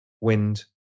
wind